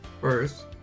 First